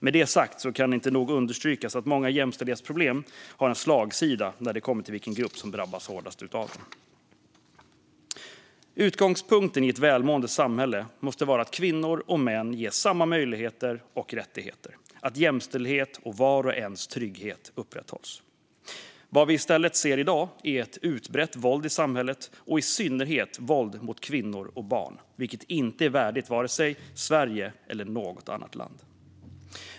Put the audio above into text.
Med det sagt kan det inte nog understrykas att många jämställdhetsproblem har en slagsida när det kommer till vilken grupp som drabbas hårdast av dem. Utgångspunkten i ett välmående samhälle måste vara att kvinnor och män ges samma möjligheter och rättigheter och att jämställdhet och vars och ens trygghet upprätthålls. Vad vi i stället ser i dag är ett utbrett våld i samhället och i synnerhet våld mot kvinnor och barn, vilket inte är värdigt vare sig Sverige eller något annat land.